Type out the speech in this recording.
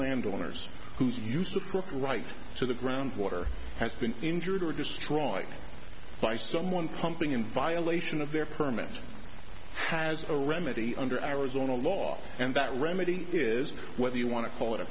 landowners who use a proper right to the groundwater has been injured or destroyed by someone pumping in violation of their permit has a remedy under arizona law and that remedy is whether you want to call it a